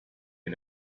you